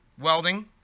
Welding